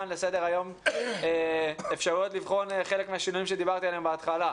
לסדר היום אפשרויות לבחון חלק מהשינויים שדיברתי עליהם בהתחלה?